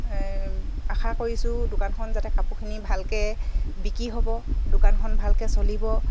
আশা কৰিছোঁ দোকানখন যাতে কাপোৰখিনি ভালকৈ বিকি হ'ব দোকানখন ভালকৈ চলিব